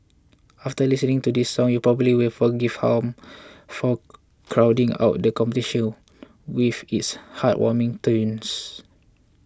after listening to this song you probably will forgive Home for crowding out the competition with its heartwarming tunes